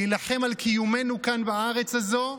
להילחם על קיומנו כאן בארץ הזו,